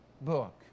book